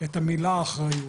את המילה אחריות